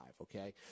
okay